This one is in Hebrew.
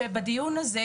שבדיון הזה,